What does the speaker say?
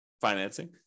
financing